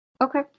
Okay